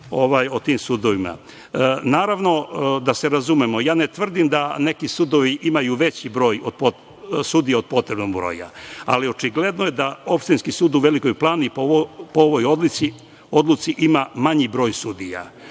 sudovima. Naravno, da se razumemo, ja ne tvrdim da neki sudovi imaju veći broj sudija od potrebnog broja, ali očigledno je da Opštinski sud u Velikoj Plani po ovoj odluci ima manji broj sudija.